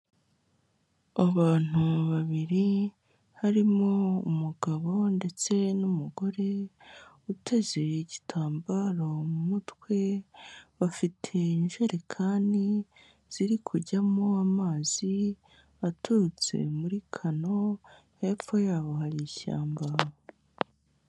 Abantu babiri harimo umugabo ndetse n'umugore uteze igitambaro mu mutwe, bafite injerekani ziri kujyamo amazi aturutse muri kano, hepfo yabo hari ishyamba.